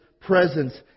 presence